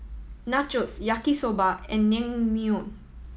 Nachos Yaki Soba and Naengmyeon